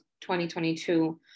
2022